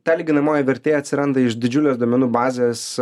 ta lyginamoji vertė atsiranda iš didžiulės duomenų bazės